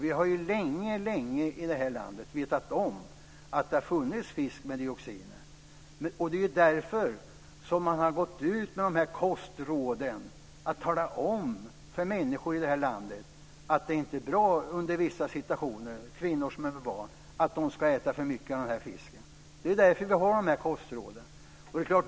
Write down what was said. Vi har i det här landet länge vetat om att det har funnits fisk med dioxiner. Det är därför som man har gått ut med kostråden. Man har talat om för människor i Sverige att det inte är bra att äta fisken i vissa situationer. Kvinnor som är med barn ska inte äta för mycket av fisken. Det är därför vi har kostråden.